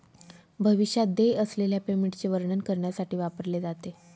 भविष्यात देय असलेल्या पेमेंटचे वर्णन करण्यासाठी वापरले जाते